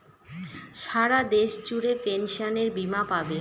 সারা দেশ জুড়ে পেনসনের বীমা পাবে